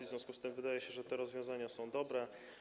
W związku z tym wydaje się, że te rozwiązania są dobre.